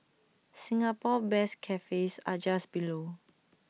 Singapore best cafes are just below